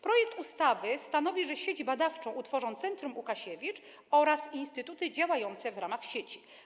Projekt ustawy stanowi, że sieć badawczą utworzą Centrum Łukasiewicz oraz instytuty działające w ramach sieci.